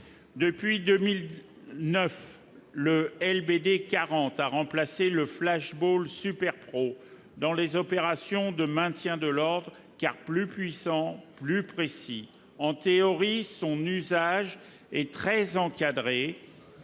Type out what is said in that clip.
Depuis 2009, le LBD 40 a remplacé le Flash-Ball Super-Pro dans les opérations de maintien de l'ordre, car plus puissant et plus précis. En théorie, son usage est très encadré.